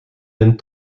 mijn